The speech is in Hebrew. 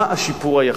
מה השיפור היחסי,